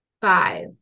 five